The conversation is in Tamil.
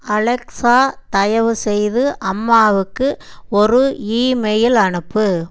அலெக்ஸா தயவுசெய்து அம்மாவுக்கு ஒரு இமெயில் அனுப்பு